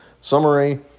Summary